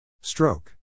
Stroke